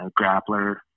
grappler